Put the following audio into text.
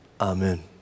Amen